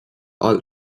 all